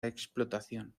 explotación